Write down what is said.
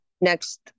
next